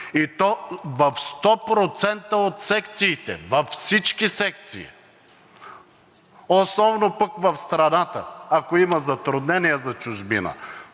и то в 100% от секциите – във всички секции основно в страната. Ако има затруднения за чужбина